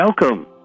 Welcome